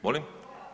Molim.